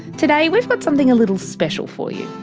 today, we've got something a little special for you.